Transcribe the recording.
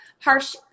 harsh